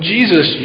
Jesus